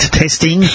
testing